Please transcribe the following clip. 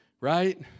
right